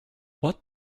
what